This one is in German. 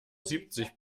siebzig